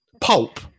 Pulp